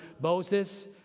Moses